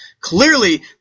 Clearly